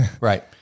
right